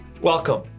welcome